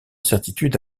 certitude